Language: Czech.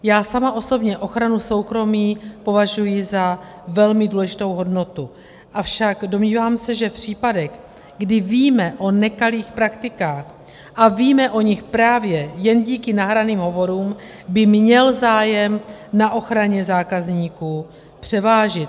Já sama osobně ochranu soukromí považuji za velmi důležitou hodnotu, avšak domnívám se, že v případech, kdy víme o nekalých praktikách, a víme o nich právě jen díky nahraným hovorům, by měl zájem na ochraně zákazníků převážit.